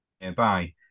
nearby